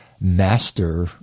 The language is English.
master